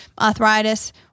arthritis